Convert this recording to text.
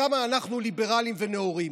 כמה אנחנו ליברלים ונאורים.